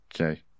Okay